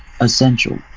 essential